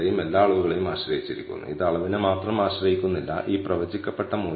ഇപ്പോൾ നിങ്ങൾക്ക് σ2 അറിയില്ലെങ്കിൽ ഈ σ2 നെ σ̂2 SSE ഉപയോഗിച്ച് മാറ്റിസ്ഥാപിക്കാം